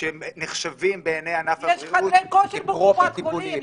נחשבים בעיני ענף הבריאות כפרופר טיפוליים.